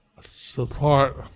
support